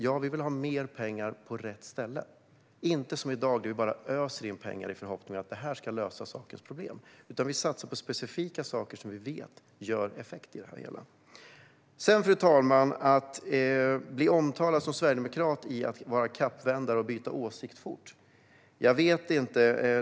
Jo, vi vill ha mer pengar på rätt ställe och inte göra som i dag, det vill säga bara ösa in pengar i förhoppning om att det ska lösa problemen. Vi satsar i stället på specifika saker som vi vet ger effekt i det hela. När det gäller att som sverigedemokrat bli kallad kappvändare och få höra att man byter åsikt fort vet jag inte vad jag ska säga.